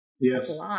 Yes